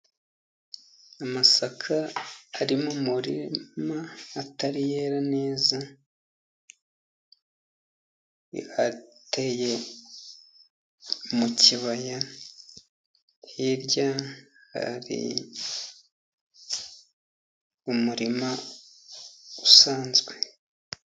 Amasaka ari mu murima atari yera neza, ateye mu kibaya hirya hari umurima usanzwe.